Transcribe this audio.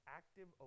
active